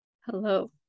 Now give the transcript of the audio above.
Hello